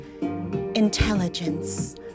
intelligence